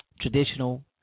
traditional